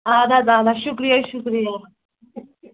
اَدٕ حظ اَدٕ حظ شُکریہ شُکریہ